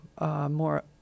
More